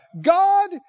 God